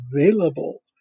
available